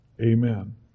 Amen